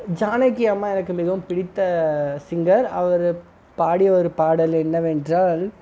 ஜானகி அம்மா எனக்கு மிகவும் பிடித்த சிங்கர் அவர் பாடிய ஒரு பாடல் என்னவென்றால்